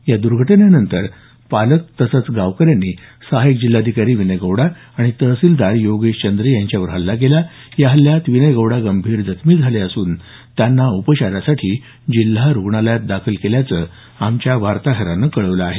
या दुर्घटनेनंतर संतप्त पालक तसंच गावकऱ्यांनी सहाय्यक जिल्हाधिकारी विनय गौडा आणि तहसीलदार योगेश चंद्रे यांच्यावर हल्ला केला या हल्ल्यात विनय गौडा गंभीर जखमी झाले असून त्यांना उपचारासाठी जिल्हा रुग्णालयात दाखल केल्याचं आमच्या वार्ताहरानं कळवलं आहे